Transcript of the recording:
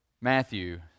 Matthew